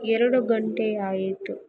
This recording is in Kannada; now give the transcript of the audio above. ಎರಡು ಗಂಟೆ ಆಯಿತು